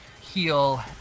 heal